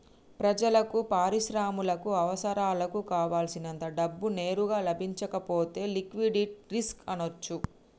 ప్రజలకు, పరిశ్రమలకు అవసరాలకు కావల్సినంత డబ్బు నేరుగా లభించకపోతే లిక్విడిటీ రిస్క్ అనొచ్చు